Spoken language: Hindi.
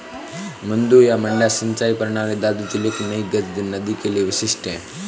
मद्दू या मड्डा सिंचाई प्रणाली दादू जिले की नई गज नदी के लिए विशिष्ट है